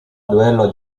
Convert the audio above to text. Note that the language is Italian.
duello